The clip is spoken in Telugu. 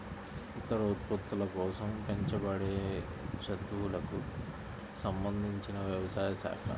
ఇతర ఉత్పత్తుల కోసం పెంచబడేజంతువులకు సంబంధించినవ్యవసాయ శాఖ